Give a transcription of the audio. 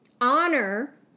Honor